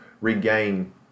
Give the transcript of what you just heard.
regain